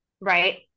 right